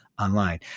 online